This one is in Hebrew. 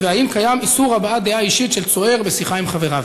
2. האם קיים איסור הבעת דעה אישית של צוער בשיחה עם חבריו?